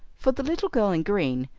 for the little girl in green,